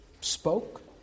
spoke